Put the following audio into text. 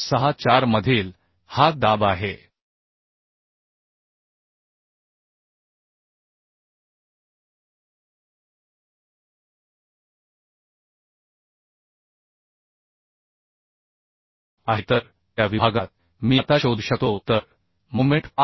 64 मधील हा दाब आहे आहे तर त्या विभागात मी आता शोधू शकतो तर मोमेंट 5